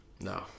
No